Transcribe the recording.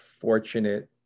fortunate